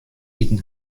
iten